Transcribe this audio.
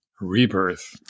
rebirth